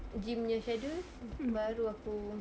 gym punya schedule baru aku